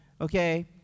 okay